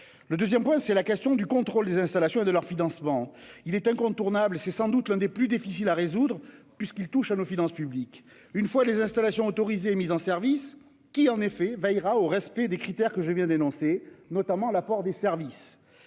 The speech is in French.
Le deuxième point porte sur le contrôle des installations et de leur financement. Cette question incontournable est sans doute l'une des plus difficiles à résoudre, dans la mesure où elle touche aux finances publiques. Une fois les installations autorisées et mises en service, qui veillera au respect des critères que je viens d'énoncer, notamment à l'apport des services ?